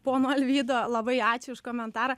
pono alvydo labai ačiū už komentarą